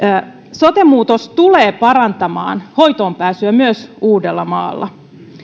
sote muutos tulee parantamaan hoitoonpääsyä myös uudellamaalla